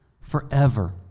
forever